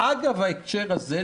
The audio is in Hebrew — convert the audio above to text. אגב ההקשר הזה,